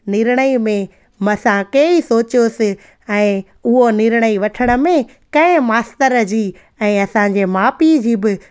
निर्णय में असां कई सोचियोसीं ऐं उहो निर्णय वठण में कंहिं मास्तर जी ऐं असांजे माउ पीउ जी बि